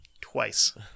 Twice